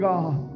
God